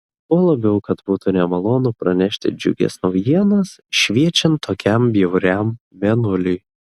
tuo labiau kad būtų nemalonu pranešti džiugias naujienas šviečiant tokiam bjauriam mėnuliui